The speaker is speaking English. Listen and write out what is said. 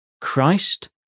Christ